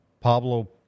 Pablo